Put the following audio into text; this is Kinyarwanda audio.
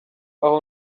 aho